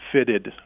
fitted